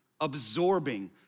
absorbing